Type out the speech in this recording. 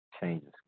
changes